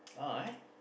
a'ah eh